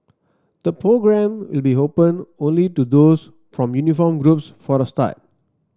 the programme will be open only to those from uniformed groups for a start